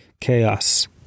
chaos